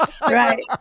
Right